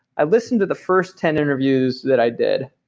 i listened to the first ten interviews that i did.